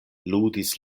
ludis